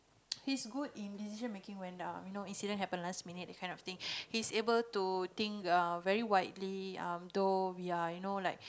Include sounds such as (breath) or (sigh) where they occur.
(noise) he's good in decision making when um you know incident happen last minute that kind of thing (breath) he's able to think uh very widely um though we are you know like